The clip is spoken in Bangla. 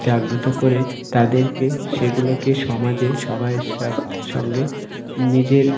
জাগ্রত করে তাদেরকে সেগুলোকে সমাজে সবাইয়ের সঙ্গে নিজের